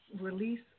release